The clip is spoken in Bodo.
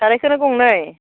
सारायखौनो गंनै